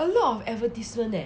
a lot of advertisement eh